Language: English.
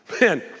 Man